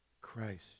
Christ